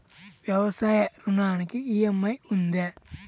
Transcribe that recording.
వ్యవసాయ ఋణానికి ఈ.ఎం.ఐ ఉందా?